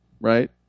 right